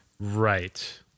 Right